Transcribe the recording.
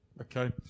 Okay